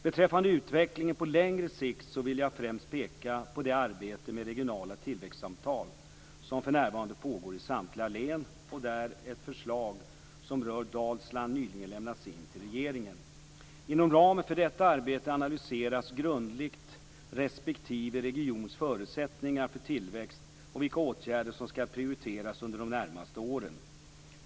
Beträffande utvecklingen på längre sikt vill jag främst peka på det arbete med regionala tillväxtavtal som för närvarande pågår i samtliga län och där ett förslag som rör Dalsland nyligen lämnats in till regeringen. Inom ramen för detta arbete analyseras grundligt respektive regions förutsättningar för tillväxt och vilka åtgärder som skall prioriteras under de närmaste åren.